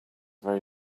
very